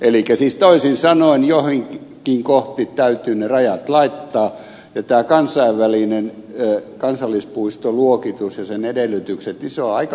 elikkä siis toisin sanoen joihinkin kohtiin täytyy ne rajat laittaa ja tämä kansainvälinen kansallispuistoluokitus ja sen edellytykset on aika kova juttu